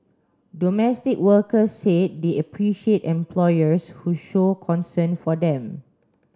domestic workers said they appreciate employers who show concern for them